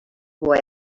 boy